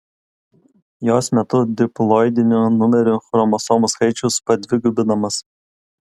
jos metu diploidinių numerių chromosomų skaičius padvigubinamas